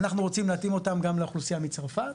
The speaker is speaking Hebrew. אנחנו רוצים להתאים אותן גם לאוכלוסייה מצרפת.